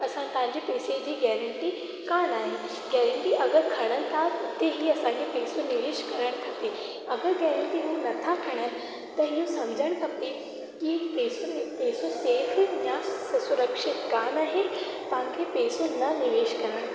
असां तव्हांजे पैसे जी गैरंटी कान आहे गैरंटी अगरि खणनि था त ई असांखे हीउ पैसो निवेश करणु खपे अगरि गैरंटी नथा खणनि त इहो सम्झणु खपे की ही पैसो सेफ या सुरक्षित कान आहे तव्हांखे पैसो न निवेश करणु खपे